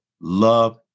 love